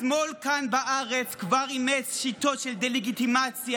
השמאל כאן בארץ כבר אימץ שיטות של דה-לגיטימציה,